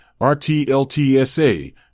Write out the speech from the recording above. RTLTSA